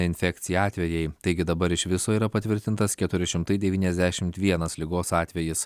infekcija atvejai taigi dabar iš viso yra patvirtintas keturi šimtai devyniasdešimt vienas ligos atvejis